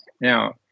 Now